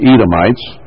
Edomites